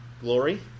glory